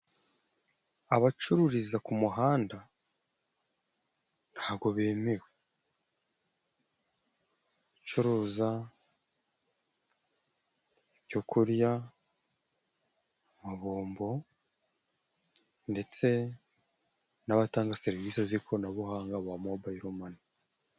Abacururiza ku muhanda ntabwo bemewe, abacuruza ibyo kurya, amabombo ndetse n'abatanga serivisi z'ikoranabuhanga ba mobayiromane.